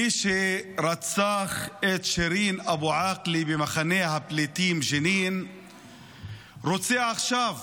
מי שרצח את שירין אבו עאקלה במחנה הפליטים בג'נין רוצה עכשיו